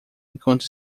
enquanto